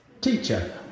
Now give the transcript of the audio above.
Teacher